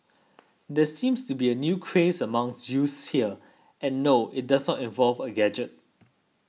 there seems to be a new craze among youths here and no it does not involve a gadget